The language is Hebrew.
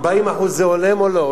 40% זה הולם או לא?